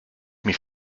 mich